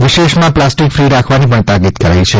વિશેષમાં plastic fee રાખવાની પણ તાકીદ કરાઇ છે